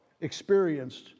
experienced